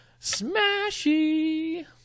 smashy